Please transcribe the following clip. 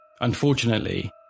Unfortunately